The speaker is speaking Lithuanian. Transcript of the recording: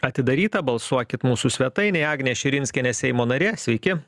atidaryta balsuokit mūsų svetainėj agnė širinskienė seimo narė sveiki